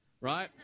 right